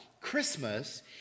Christmas